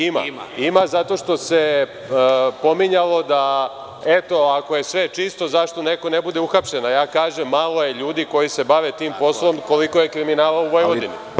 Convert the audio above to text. Ima, zato što se pominjalo da, eto ako je sve čisto, zašto neko ne bude uhapšen, a ja kažem, malo je ljudi koji se bave tim poslom, koliko je kriminala u Vojvodini.